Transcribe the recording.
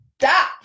stop